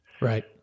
Right